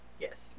yes